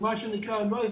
ומה שנקרא אם לא התפעלתם,